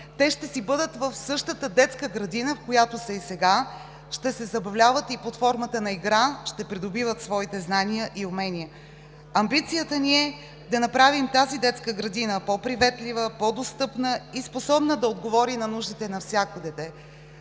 те ще си бъдат в същата детска градина, в която са и сега, ще се забавляват и под формата на игра ще придобиват своите знания и умения. Амбицията ни е да направим тази детска градина по-приветлива, по-достъпна и способна да отговори на нуждите на всяко дете.